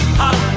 hot